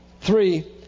Three